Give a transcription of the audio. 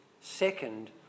second